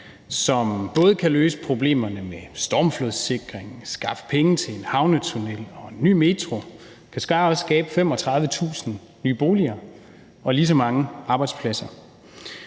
som både kan løse problemerne med stormflodssikring og skaffe penge til en havnetunnel og en ny metro. Det kan sågar også skabe 35.000 nye boliger og lige så mange arbejdspladser.